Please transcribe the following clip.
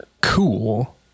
cool